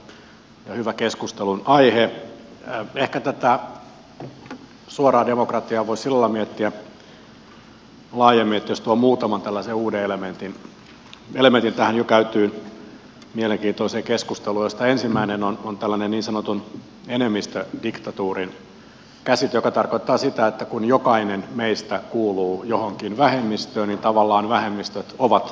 ehkä tätä suoraa demokratiaa voisi sillä lailla miettiä laajemmin jos tuo tähän jo käytyyn mielenkiintoiseen keskusteluun muutaman tällaisen uuden elementin joista ensimmäinen on tällainen niin sanotun enemmistödiktatuurin käsite joka tarkoittaa sitä että kun jokainen meistä kuuluu johonkin vähemmistöön niin tavallaan vähemmistöt ovat enemmistö